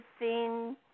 seen